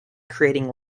creating